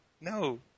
No